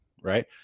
Right